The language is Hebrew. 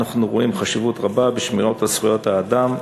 אנחנו רואים חשיבות רבה בשמירה על זכויות האדם,